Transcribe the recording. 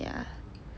ya